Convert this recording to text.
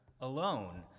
alone